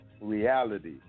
reality